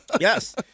Yes